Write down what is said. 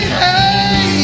hey